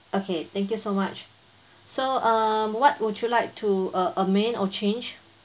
okay thank you so much so uh what would you like to uh amend or change